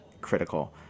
critical